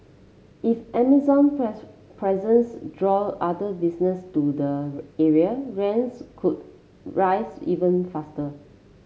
if Amazon presence draw other businesses to the area rents could rise even faster